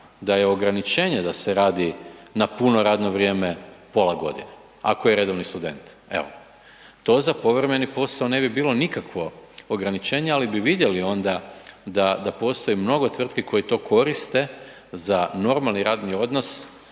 da je ograničenje da se radi na puno radno vrijeme pola godine? Ako je redovni student, evo. To za povremeni posao ne bi bilo nikakvo ograničenje, ali bi vidjeli onda da postoje mnogo tvrtki koje to koriste za normalni radni odnos